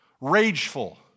Rageful